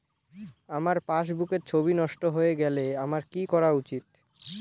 আমার পাসবুকের ছবি নষ্ট হয়ে গেলে আমার কী করা উচিৎ?